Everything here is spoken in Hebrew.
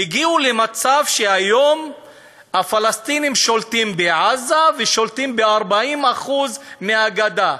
היום הפלסטינים שולטים בעזה ושולטים ב-40% מהגדה.